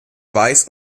weiß